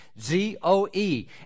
z-o-e